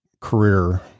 career